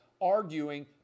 arguing